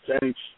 Thanks